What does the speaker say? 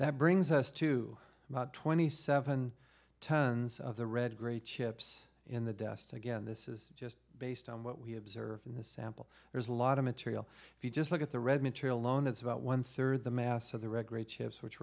that brings us to about twenty seven tons of the red great chips in the dest again this is just based on what we observed in the sample there's a lot of material if you just look at the red material alone it's about one third the mass of the reg rate chips which